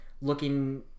looking